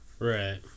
right